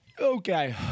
Okay